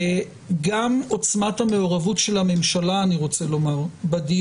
אני רוצה לומר שגם עוצמת המעורבות של הממשלה בדיון